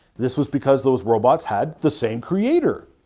this was because those robots had the same creator.